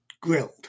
grilled